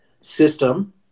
system